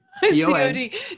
c-o-d